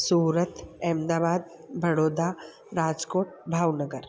Surat Ahmedabad Baroda Rajkot Bhavnagar